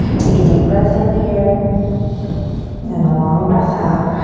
take a deep breath in here and a long breath out.